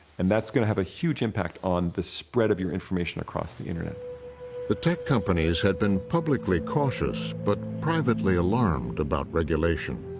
and that's gonna have a huge impact on the spread of your information across the internet. narrator the tech companies had been publicly cautious, but privately alarmed about regulation.